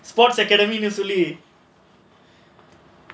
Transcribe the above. sports academy னு சொல்லி:nu solli